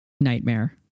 nightmare